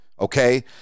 okay